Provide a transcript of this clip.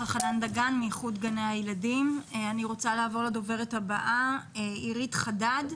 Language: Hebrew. אני רוצה לעבור לדוברת הבאה, עירית חדד,